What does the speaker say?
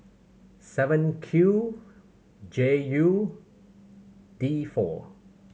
seven Q J U D four